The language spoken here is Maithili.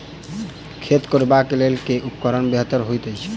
खेत कोरबाक लेल केँ उपकरण बेहतर होइत अछि?